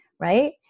right